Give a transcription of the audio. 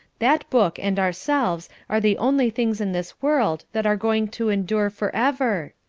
that book and ourselves are the only things in this world that are going to endure for ever?